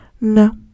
No